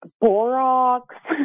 borax